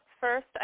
first